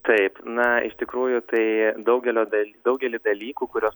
taip na iš tikrųjų tai daugelio dal daugelį dalykų kuriuos